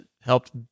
helped